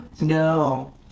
No